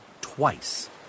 twice